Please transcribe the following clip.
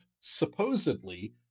supposedly